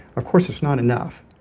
of course it's not enough.